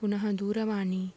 पुनः दूरवाणी